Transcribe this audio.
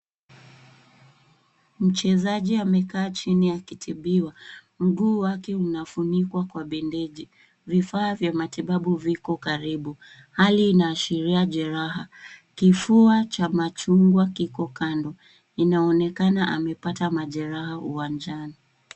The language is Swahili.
Mchezaji amekaa chini akitibiwa. Mguu wake unafunikwa kwa bendeji. Vifaa vya matibabu viko karibu. Hali inaashiria jeraha. Kifua cha machungwa kiko kando. Inaonekana amepata majeraha uwanjani.